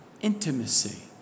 intimacy